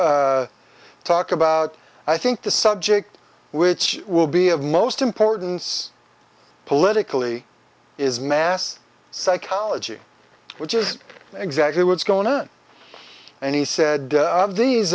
to talk about i think the subject which will be of most importance politically is mass psychology which is exactly what's going on and he said of these